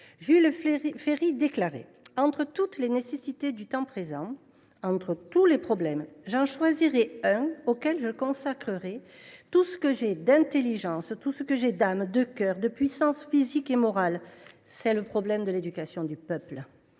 Jules Ferry déclarait :«[…], entre toutes les nécessités du temps présent, entre tous les problèmes, j’en choisirai un auquel je consacrerai tout ce que j’ai d’intelligence, tout ce que j’ai d’âme, de cœur, de puissance physique et morale, c’est le problème de l’éducation du peuple. »